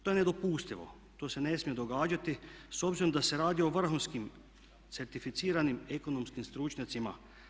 To je nedopustivo, to se ne smije događati s obzirom da se radi o vrhunskim certificiranim ekonomskim stručnjacima.